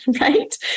right